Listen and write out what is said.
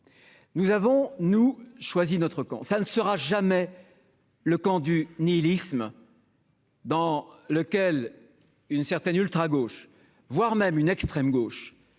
pour notre part choisi notre camp. Ce ne sera jamais celui du nihilisme, dans lequel une certaine ultragauche, voire une extrême gauche,